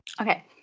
Okay